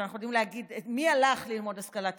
ואנחנו יודעות להגיד מי הלך ללמוד השכלה טכנולוגית.